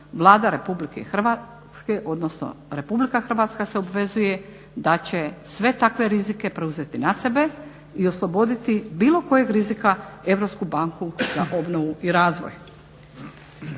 Vlada Republike Hrvatske, odnosno Republika Hrvatska se obvezuje da će sve takve rizike preuzeti na sebe i osloboditi bilo kojeg rizika Europsku banku za obnovu i razvoj.